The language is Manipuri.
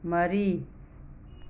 ꯃꯔꯤ